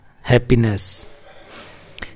happiness